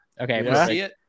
Okay